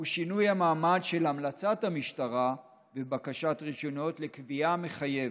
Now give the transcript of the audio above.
שינוי המעמד של המלצת המשטרה בבקשת רישיונות לקביעה מחייבת.